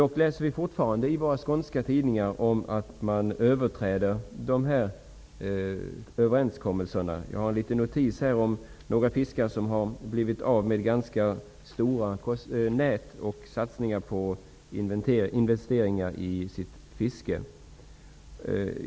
Vi kan dock fortfarande i våra skånska tidningar se uppgifter om att man överträder överenskommelserna. Jag har i min hand en notis om några fiskare som har blivit av med ganska stora nät och förlorat pengar som investerats i fisket.